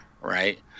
Right